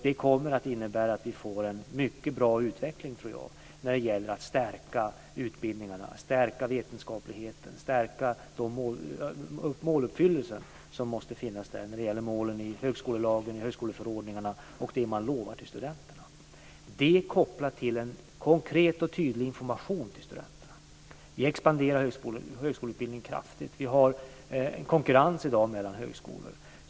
Det kommer att innebära att vi får en mycket bra utveckling när det gäller att stärka utbildningarna, stärka vetenskapligheten, stärka måluppfyllelsen, dvs. målen i högskolelagen, högskoleförordningarna och det man lovar till studenterna. Detta ska vara kopplat till en konkret och tydlig information till studenterna. Högskoleutbildningen har expanderat kraftigt. Det finns i dag konkurrens mellan högskolor.